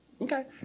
Okay